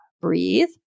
breathe